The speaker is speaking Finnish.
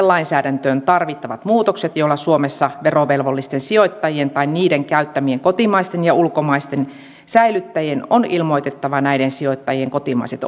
lainsäädäntöön tarvittavat muutokset joilla suomessa verovelvollisten sijoittajien tai niiden käyttämien kotimaisten ja ulkomaisten säilyttäjien on ilmoitettava näiden sijoittajien kotimaiset